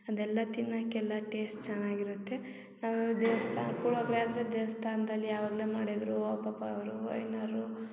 ಅದೆಲ್ಲ ತಿನ್ನೋಕೆಲ್ಲ ಟೇಸ್ಟ್ ಚೆನ್ನಾಗಿರುತ್ತೆ ನಾವು ಇವಾಗ ದೇವ್ಸ್ಥಾನ್ದಲ್ಲಿ ಪುಳ್ಯೋಗ್ರೆ ಆದರೆ ದೇವ್ಸ್ಥಾನ್ದಲ್ಲಿ ಯಾವಾಗಲೆ ಮಾಡಿದ್ದರೂ ಅವ್ರು ಪಾಪ ಅವರು ಐನೋರು